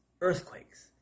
earthquakes